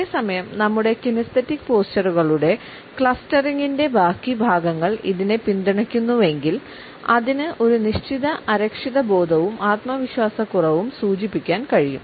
അതേ സമയം നമ്മുടെ കിനേസ്തെറ്റിക് ബാക്കി ഭാഗങ്ങൾ ഇതിനെ പിന്തുണയ്ക്കുന്നുവെങ്കിൽ അതിന് ഒരു നിശ്ചിത അരക്ഷിതബോധവും ആത്മവിശ്വാസക്കുറവും സൂചിപ്പിക്കാൻ കഴിയും